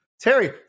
Terry